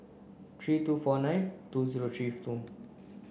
three two four nine two zero three two